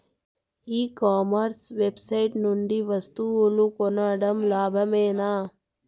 ఈ commerce website నుండి వస్తువులు కొనడం లాభమేనా?